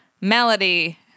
Melody